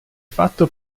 fatto